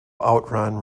outrun